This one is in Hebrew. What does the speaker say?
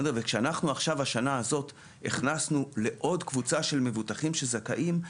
כשאנחנו השנה הכנסנו אותה לעוד קבוצה של מבוטחים שזכאים,